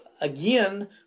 again